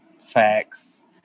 Facts